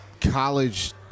college